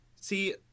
See